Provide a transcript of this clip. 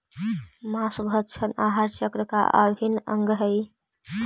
माँसभक्षण आहार चक्र का अभिन्न अंग हई